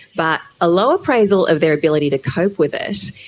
but a low appraisal of their ability to cope with it,